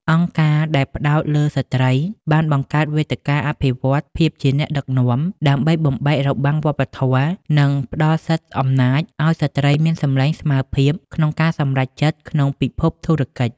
អង្គការដែលផ្ដោតលើស្រ្តីបានបង្កើតវេទិកាអភិវឌ្ឍន៍ភាពជាអ្នកដឹកនាំ ដើម្បីបំបែករបាំងវប្បធម៌ និងផ្ដល់សិទ្ធិអំណាចឱ្យស្រ្តីអាចមានសំឡេងស្មើភាពក្នុងការសម្រេចចិត្តក្នុងពិភពធុរកិច្ច។